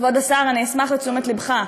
כבוד השר, אני אשמח לתשומת לבך.